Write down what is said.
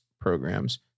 programs